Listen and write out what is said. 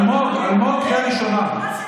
אלמוג, אלמוג, קריאה ראשונה.